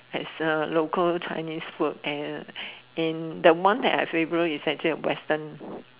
theres a local Chinese food and in the one that I favour is actually a western